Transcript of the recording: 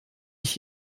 ich